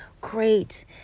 great